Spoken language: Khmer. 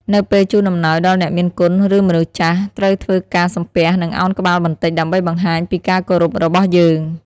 នៅពេលជូនអំណោយដល់អ្នកមានគុណ ឬមនុស្សចាស់ ត្រូវធ្វើការ សំពះ និង ឱនក្បាលបន្តិច ដើម្បីបង្ហាញពីការគោរពរបស់យើង។